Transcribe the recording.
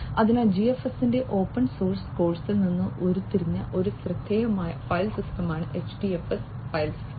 അതിനാൽ GFS ന്റെ open source കോഴ്സിൽ നിന്ന് ഉരുത്തിരിഞ്ഞ ഒരു ശ്രദ്ധേയമായ ഫയൽ സിസ്റ്റമാണ് HDFS ഫയൽ സിസ്റ്റം